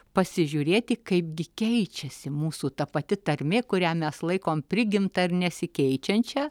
pasižiūrėti kaipgi keičiasi mūsų ta pati tarmė kurią mes laikom prigimta ir nesikeičiančia